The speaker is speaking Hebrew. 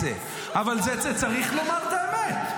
אבל צריך לומר את האמת.